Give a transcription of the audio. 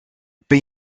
ben